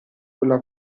quella